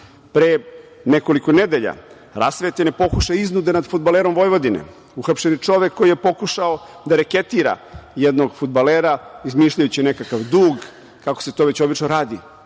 nekoliko nedelja rasvetljen je pokušaj iznude nad fudbalerom Vojvodine, uhapšen je čovek koji je pokušao da reketira jednog fudbalera izmišljajući nekakav dug, kako se to već obično radi.